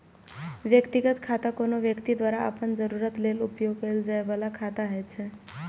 व्यक्तिगत खाता कोनो व्यक्ति द्वारा अपन जरूरत लेल उपयोग कैल जाइ बला खाता होइ छै